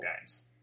games